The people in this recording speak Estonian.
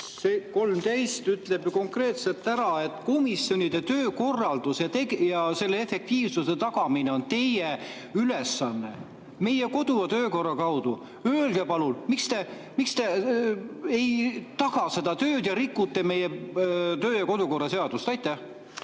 13, ütleb ju konkreetselt ära, et komisjonide töökorraldus ja selle efektiivsuse tagamine on teie ülesanne meie kodu- ja töökorra järgi. Öelge palun, miks te ei taga seda tööd ja rikute meie kodu- ja töökorra seadust.